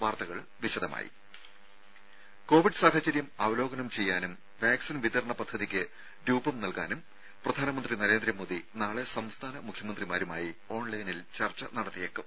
വാർത്തകൾ വിശദമായി കോവിഡ് സാഹചര്യം അവലോകനം ചെയ്യാനും വാക്സിൻ വിതരണ പദ്ധതിയ്ക്ക് രൂപം നൽകാനും പ്രധാനമന്ത്രി നരേന്ദ്രമോദി നാളെ സംസ്ഥാന മുഖ്യമന്ത്രിമാരുമായി ഓൺലൈനിൽ ചർച്ച നടത്തിയേക്കും